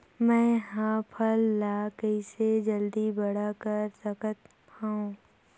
मैं ह फल ला कइसे जल्दी बड़ा कर सकत हव?